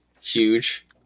huge